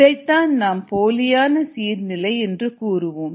இதைத்தான் நாம் போலியான சீர் நிலை என்று கூறுவோம்